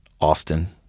austin